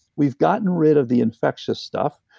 we've gotten rid of the infectious stuff,